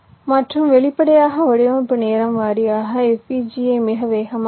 மற்றும் வெளிப்படையாக வடிவமைப்பு நேரம் வாரியாக FPGA மிக வேகமாக உள்ளது